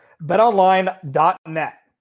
BetOnline.net